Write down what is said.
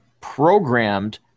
programmed